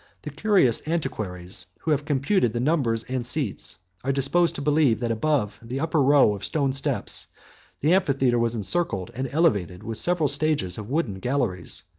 the curious antiquaries, who have computed the numbers and seats, are disposed to believe, that above the upper row of stone steps the amphitheatre was encircled and elevated with several stages of wooden galleries,